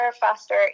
faster